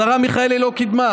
השרה מיכאלי לא קידמה.